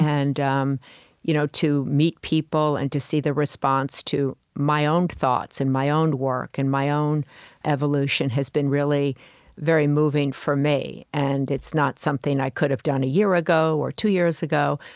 and um you know to meet people and to see the response to my own thoughts and my own work and my own evolution has been really very moving, for me. and it's not something i could've done a year ago or two years ago,